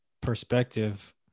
perspective